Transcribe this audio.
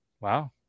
wow